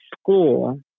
school